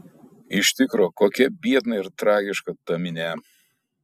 iš tikro kokia biedna ir tragiška ta minia